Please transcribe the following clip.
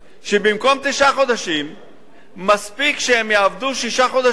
שבמקום תשעה חודשים מספיק שהם יעבדו שישה חודשים,